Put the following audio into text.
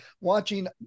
Watching